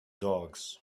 dogs